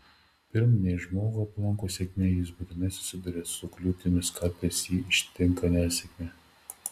pirm nei žmogų aplanko sėkmė jis būtinai susiduria su kliūtimis kartais jį ištinka nesėkmė